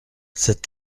cette